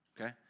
okay